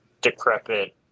decrepit